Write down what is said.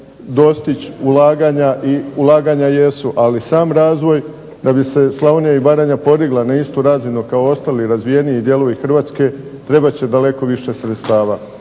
dostići ulaganja i ulaganja jesu, ali sam razvoj da bi se Slavonija i Baranja podigla na istu razinu kao neki razvijeniji dijelovi Hrvatske biti će potrebno više sredstava.